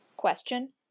Question